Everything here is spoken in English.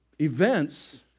events